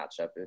matchup